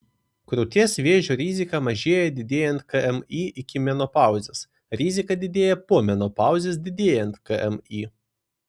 krūties vėžio rizika mažėja didėjant kmi iki menopauzės rizika didėja po menopauzės didėjant kmi